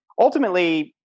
ultimately